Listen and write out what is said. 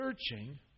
searching